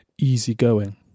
easygoing